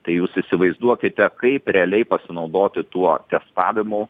tai jūs įsivaizduokite kaip realiai pasinaudoti tuo testavimu